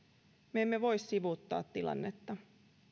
me emme voi sivuuttaa tilannetta